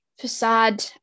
facade